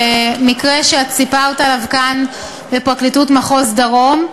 המקרה שסיפרת עליו כאן, בפרקליטות מחוז דרום.